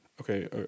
okay